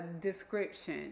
description